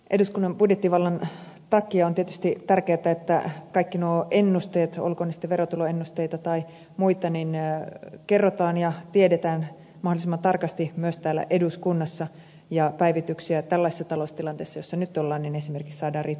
eduskunnan budjettivallan takia on tietysti tärkeätä että kaikki nuo ennusteet olkoon ne sitten verotuloennusteita tai muita kerrotaan ja tiedetään mahdollisimman tarkasti myös täällä eduskunnassa ja päivityksiä tällaisessa taloustilanteessa jossa nyt ollaan esimerkiksi saadaan riittävän usein